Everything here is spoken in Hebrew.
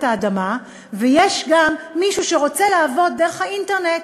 האדמה ויש גם מישהו שרוצה לעבוד דרך האינטרנט,